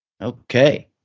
Okay